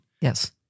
Yes